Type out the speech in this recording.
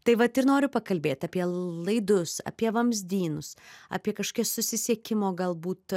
tai vat ir noriu pakalbėt apie laidus apie vamzdynus apie kažkokias susisiekimo galbūt